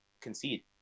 concede